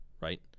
right